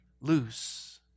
loose